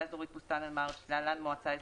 אזורית בוסתאן אל-מרג' (להלן מועצה אזורית)